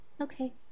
okay